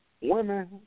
women